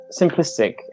simplistic